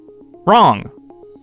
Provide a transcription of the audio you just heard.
Wrong